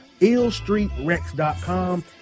illstreetrex.com